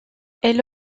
elle